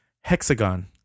Hexagon